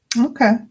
Okay